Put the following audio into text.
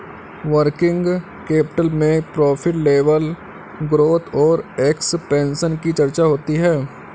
working capital में profit level growth और expansion की चर्चा होती है